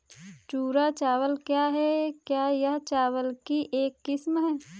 भूरा चावल क्या है? क्या यह चावल की एक किस्म है?